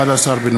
בעד, 12,